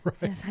Right